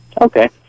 Okay